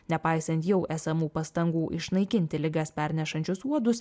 nepaisant jau esamų pastangų išnaikinti ligas pernešančius uodus